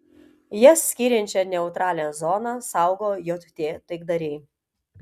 jas skiriančią neutralią zoną saugo jt taikdariai